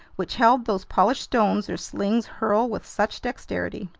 which held those polished stones their slings hurl with such dexterity.